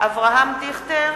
אברהם דיכטר